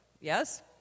Yes